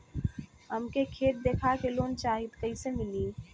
हमके खेत देखा के लोन चाहीत कईसे मिली?